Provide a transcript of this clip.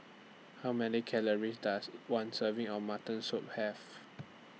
How Many Calories Does one Serving of Mutton Soup Have